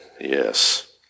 Yes